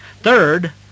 Third